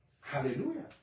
Hallelujah